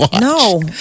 No